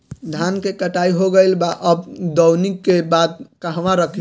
धान के कटाई हो गइल बा अब दवनि के बाद कहवा रखी?